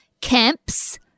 camps